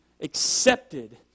accepted